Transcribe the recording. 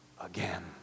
again